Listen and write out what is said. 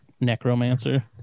necromancer